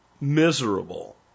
miserable